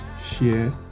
share